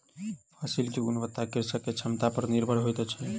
फसिल के गुणवत्ता कृषक के क्षमता पर निर्भर होइत अछि